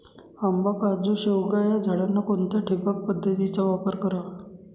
आंबा, काजू, शेवगा या झाडांना कोणत्या ठिबक पद्धतीचा वापर करावा?